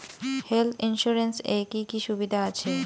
Health insurance এ কি কি সুবিধা আছে?